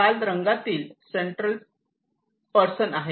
लाल रंगातील central person आहेत